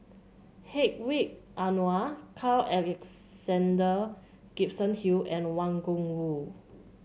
Hedwig Anuar Carl Alexander Gibson Hill and Wang Gungwu